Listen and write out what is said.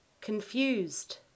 confused